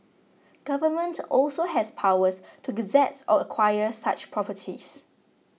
government also has powers to gazette or acquire such properties